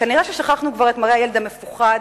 כנראה שכחנו את מראה הילד המפוחד,